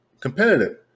competitive